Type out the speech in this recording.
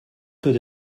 could